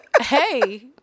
Hey